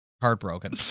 heartbroken